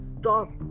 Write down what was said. stop